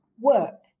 work